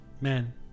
man